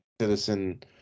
citizen